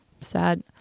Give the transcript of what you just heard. sad